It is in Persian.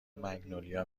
مگنولیا